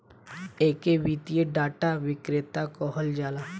एके वित्तीय डाटा विक्रेता कहल जाला